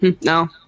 No